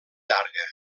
llarga